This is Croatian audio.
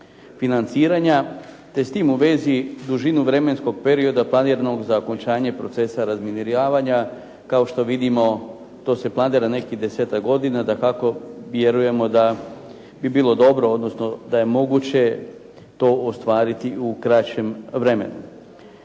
te s tim u vezi dužinu vremenskog perioda planiranog za okončanje procesa razminiravanja. Kao što vidimo to se planira nekih desetak godina. Dakako vjerujemo da bi bilo dobro, odnosno da je moguće to ostvariti u kraćem vremenu.